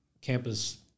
campus